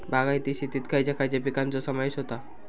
बागायती शेतात खयच्या खयच्या पिकांचो समावेश होता?